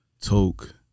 Toke